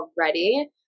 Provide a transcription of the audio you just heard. already